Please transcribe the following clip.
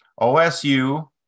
OSU